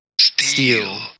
Steel